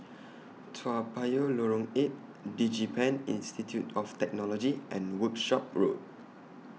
Toa Payoh Lorong eight Digipen Institute of Technology and Workshop Road